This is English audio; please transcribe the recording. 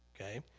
Okay